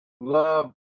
love